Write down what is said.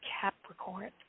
Capricorn